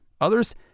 Others